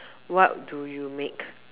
what do you make